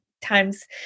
times